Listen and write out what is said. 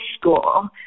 school